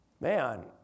Man